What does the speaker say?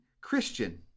Christian